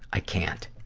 i can't.